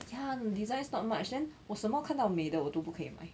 ya the designs not much then 我什么看到美的我都不可以买